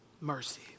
mercy